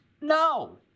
No